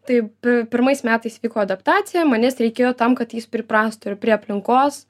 taip pirmais metais vyko adaptacija manęs reikėjo tam kad jis priprastų ir prie aplinkos